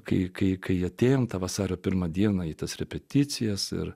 kai kai atėjome tą vasario pirmą dieną į tas repeticijas ir